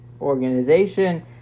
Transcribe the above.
organization